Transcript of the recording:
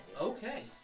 Okay